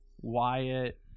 Wyatt